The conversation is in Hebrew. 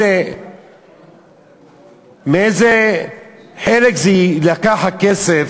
מאיזה חלק יילקח הכסף,